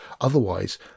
Otherwise